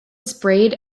sprayed